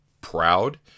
proud